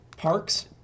Parks